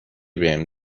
بهم